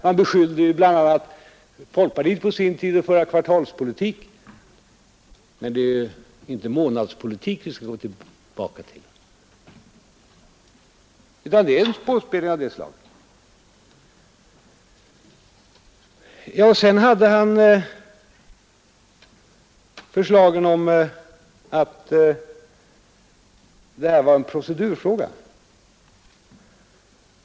Man beskyllde på sin tid folkpartiet för kvartalspolitik, och vi skall väl inte gå tillbaka till en månadspolitik. Herr Fälldin sade, att detta var en procedurfråga.